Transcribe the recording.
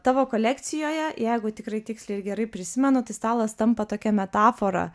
tavo kolekcijoje jeigu tikrai tiksliai ir gerai prisimenu tai stalas tampa tokia metafora